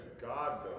God